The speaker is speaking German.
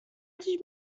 die